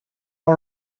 all